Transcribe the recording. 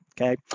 okay